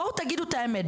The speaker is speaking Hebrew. בואו, תגידו את האמת.